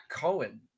Cohen